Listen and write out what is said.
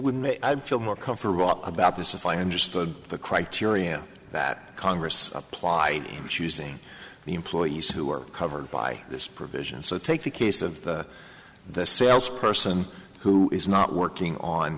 him feel more comfortable about this if i understood the criteria that congress applied in choosing the employees who are covered by this provision so take the case of the sales person who is not working on